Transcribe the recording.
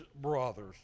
brothers